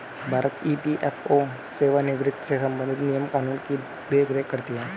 भारत में ई.पी.एफ.ओ सेवानिवृत्त से संबंधित नियम कानून की देख रेख करती हैं